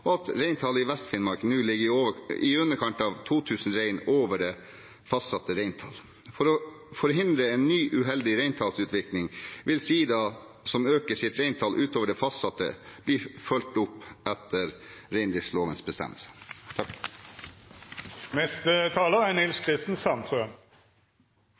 og at reintallet i Vest-Finnmark nå ligger i underkant av 2 000 rein over det fastsatte reintall. For å forhindre en ny uheldig reintallsutvikling vil sidaer som øker sitt reintall utover det fastsatte, bli fulgt opp etter reindriftslovens bestemmelser. Reindriften er en flott del av kulturen i landet vårt, og det er